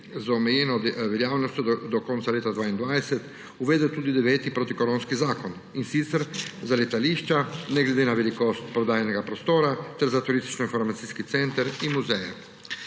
z omejeno veljavnostjo do konca leta 2022 uvedel tudi deveti protikoronski zakon, in sicer za letališča, ne glede na velikost prodajnega prostora, ter za turističnoinformacijski center in muzeje.